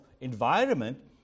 environment